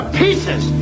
pieces